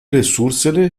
resursele